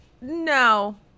No